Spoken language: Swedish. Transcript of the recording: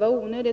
och onödigt.